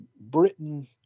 Britain